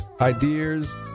ideas